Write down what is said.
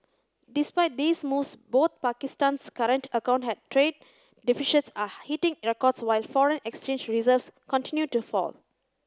despite these moves both Pakistan's current account and trade deficits are hitting records while foreign exchange reserves continue to fall